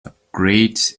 upgrades